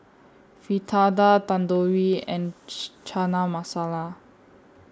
Fritada Tandoori and Chana Masala